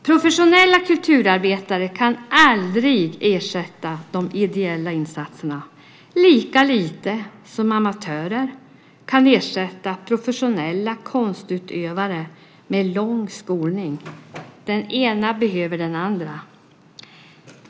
Professionella kulturarbetare kan aldrig ersätta de ideella insatserna lika lite som amatörer kan ersätta professionella konstutövare med lång skolning. Den ena behöver den andra.